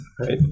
Right